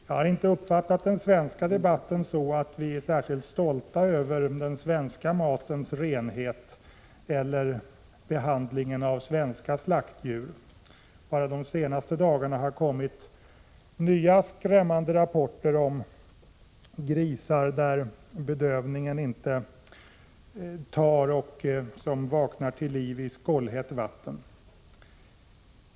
Jag har inte uppfattat den svenska debatten så, att vi är särskilt stolta över den svenska matens renhet eller behandlingen av svenska slaktdjur. Bara de sista dagarna har det kommit nya skrämmande rapporter om grisar på vilka bedövningen inte tagit och som vaknat till liv i skållhett vatten.